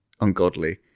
ungodly